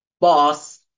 boss